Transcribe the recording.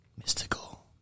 Mystical